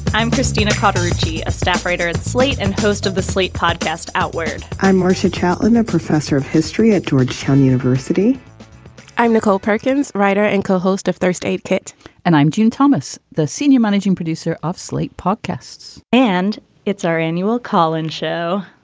i'm christina but ritchie, a staff writer at slate and host of the slate podcast outward i'm marcia trautman, a professor of history at georgetown university i'm nicole perkins, writer and co-host of first aid kit and i'm jean thomas, the senior managing producer of slate podcasts and it's our annual kollin show.